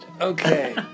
Okay